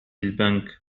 البنك